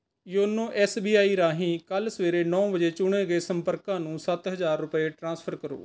YONO S B I ਰਾਹੀਂ ਕੱਲ੍ਹ ਸਵੇਰੇ ਨੌਂ ਵਜੇ ਚੁਣੇ ਗਏ ਸੰਪਰਕਾਂ ਨੂੰ ਸੱਤ ਹਜ਼ਾਰ ਰੁਪਏ ਟਰਾਂਸਫਰ ਕਰੋ